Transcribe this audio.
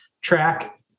track